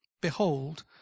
Behold